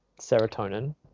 serotonin